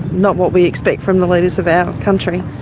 not what we expect from the leaders of our country.